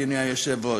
אדוני היושב-ראש.